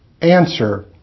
Answer